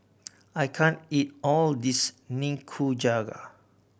I can't eat all of this Nikujaga